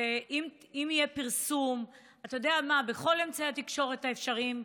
אם יהיה פרסום בכל אמצעי התקשורת האפשריים,